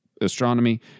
astronomy